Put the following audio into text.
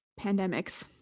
pandemics